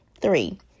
Three